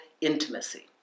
intimacy